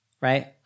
Right